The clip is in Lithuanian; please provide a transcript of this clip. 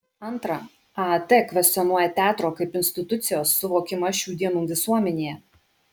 antra aat kvestionuoja teatro kaip institucijos suvokimą šių dienų visuomenėje